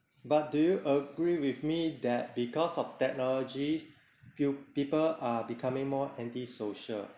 but do you agree with me that because of technology pu~ people are becoming more anti-social